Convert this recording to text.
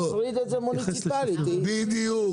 בדיוק.